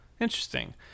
interesting